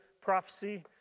prophecy